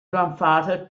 grandfather